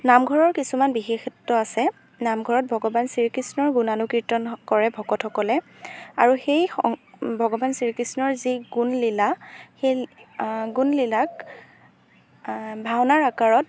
নামঘৰৰ কিছুমান বিশেষত্ব আছে নামঘৰত ভগৱান শ্ৰীকৃষ্ণৰ গুণানুকীৰ্তন কৰে ভকতসকলে আৰু সেই শং ভগৱান শ্ৰীকৃষ্ণৰ যি গুণলীলা সেই গুণলীলাক ভাওনাৰ আকাৰত